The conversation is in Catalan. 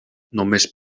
només